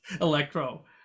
Electro